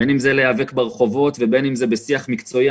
בין אם זה להיאבק ברחובות ובין אם זה בשיח מקצועי.